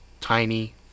tiny